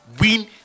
win